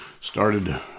started